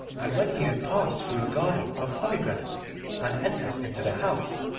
and when he had passed through a garden of pomegranates and entered into the house,